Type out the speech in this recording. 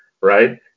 right